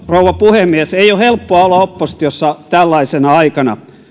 rouva puhemies ei ole helppoa olla oppositiossa tällaisena aikana